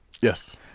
Yes